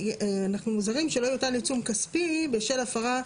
אנחנו מזהירים שלא יוטל עיצום כספי בשל הפרה,